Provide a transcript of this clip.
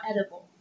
edible